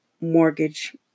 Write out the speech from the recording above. mortgage